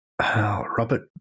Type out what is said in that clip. Robert